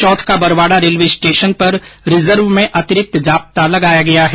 चौथ ka Barwara railway station पर reserve में अतिरिक्त जाब्ता लगाया गया है